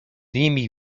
nimi